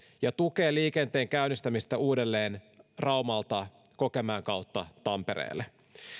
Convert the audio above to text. ja tukee liikenteen käynnistämistä uudelleen raumalta kokemäen kautta tampereelle